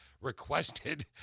Requested